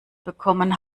bekommen